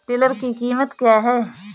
Tiller की कीमत क्या है?